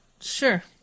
Sure